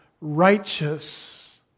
righteous